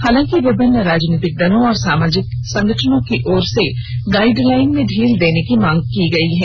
हालांकि विभिन्न राजनीतिक दल और सामाजिक संगठनों की ओर से गाइडलाइन में ढील देने की मांग की गयी है